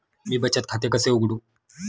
मी बचत खाते कसे उघडू?